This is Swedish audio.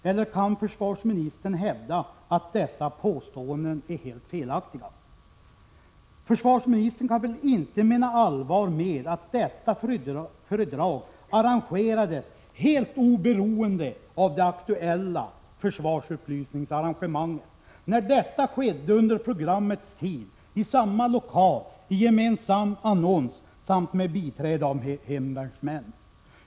Eller kan försvarsministern hävda att påståendena om vad som förekommit är helt felaktiga? Försvarsministern kan väl inte mena allvar med att föredraget arrangerades helt oberoende av det aktuella försvarsupplysningsarrangemanget, när detta föredrag hölls under den i annonsen för programmet angivna tiden, i samma lokal som programmet i övrigt samt med biträde av hemvärnsmän.